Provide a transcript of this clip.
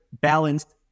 balanced